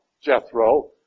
Jethro